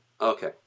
Okay